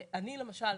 אני למשל,